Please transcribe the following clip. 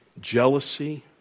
jealousy